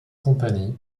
company